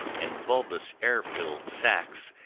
and bulbous air-filled sacks,